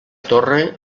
torre